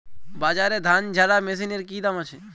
বাজারে ধান ঝারা মেশিনের কি দাম আছে?